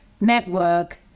network